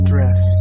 Dress